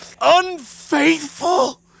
Unfaithful